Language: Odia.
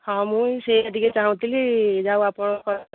ହଁ ମୁଁ ହିଁ ସେଇଆ ଟିକିଏ ଚାହୁଁଥିଲି ଯାହା ହେଉ ଆପଣ